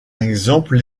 exemple